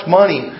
money